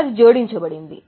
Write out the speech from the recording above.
అది జోడించబడింది